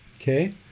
Okay